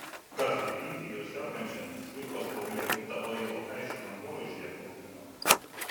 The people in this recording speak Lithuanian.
kaziui binkiui jau sergančiam cvirkos gauja butą vailokaičio dangoraižyje parūpino